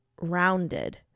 rounded